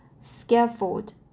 scaffold